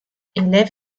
élève